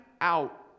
out